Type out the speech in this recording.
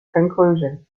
conclusion